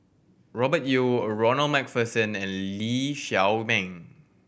Robert Yeo A Ronald Macpherson and Lee Shao Meng